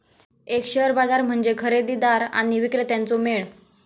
एक शेअर बाजार म्हणजे खरेदीदार आणि विक्रेत्यांचो मेळ